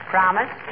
Promise